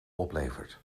oplevert